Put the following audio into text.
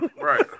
Right